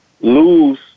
lose